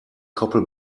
koppel